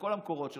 מכל המקורות שלך,